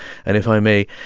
and if i may